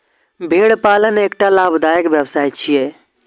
भेड़ पालन एकटा लाभदायक व्यवसाय छियै